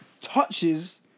touches